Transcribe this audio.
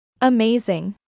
Amazing